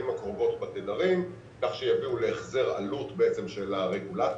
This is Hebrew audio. הקרובות בתדרים כך שיביאו להחזר עלות של הרגולטור.